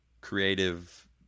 creative